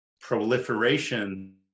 proliferation